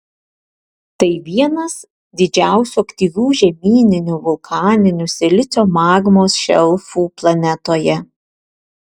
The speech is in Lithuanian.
tai vienas didžiausių aktyvių žemyninių vulkaninių silicio magmos šelfų planetoje